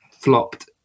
flopped